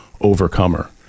overcomer